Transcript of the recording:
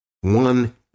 One